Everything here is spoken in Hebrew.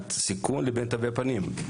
מבחינת סיכון, לבין תווי פנים.